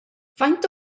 faint